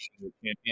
champion